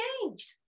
changed